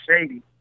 Shady